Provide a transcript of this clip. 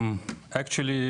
(מדבר באנגלית,